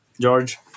George